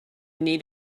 need